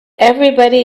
everybody